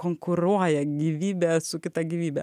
konkuruoja gyvybė su kita gyvybe